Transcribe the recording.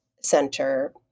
center